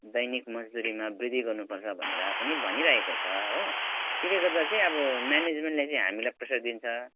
दैनिक मजदुरीमा वृद्धि गर्नु पर्छ भनेर पनि भनिरहेको छ हो त्यसले गर्दा हो म्यानेजमेन्टले हामीलाई प्रेसर दिन्छ